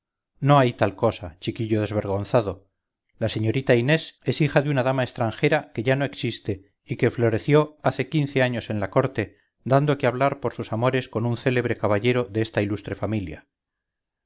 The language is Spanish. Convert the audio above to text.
no hay tal cosa chiquillo desvergonzado la señorita inés es hija de una dama extranjera que ya no existe y que floreció hace quince años en la corte dando que hablar por sus amores con un célebre caballero de esta ilustre familia